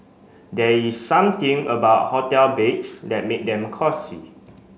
there is something about hotel beds that make them cosy